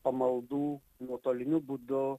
pamaldų nuotoliniu būdu